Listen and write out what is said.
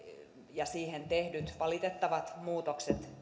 ja siihen tehdyt valitettavat muutokset